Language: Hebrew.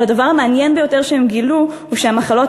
אבל הדבר המעניין ביותר שהם גילו הוא שהמחלות